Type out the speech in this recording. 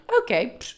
okay